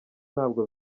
ntabwo